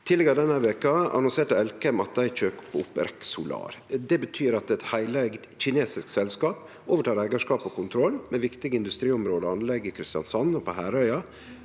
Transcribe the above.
Tidlegare denne veka annonserte Elkem at dei kjøper opp REC Solar. Det betyr at eit heileigd kinesisk selskap overtek eigarskap og kontroll med viktige industriområde og anlegg i Kristiansand og på Hærøya,